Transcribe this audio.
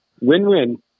win-win